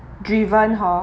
driven hor